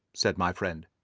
said my friend.